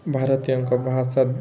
ଭାରତୀୟଙ୍କ ଭାଷା